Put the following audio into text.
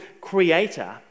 creator